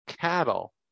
cattle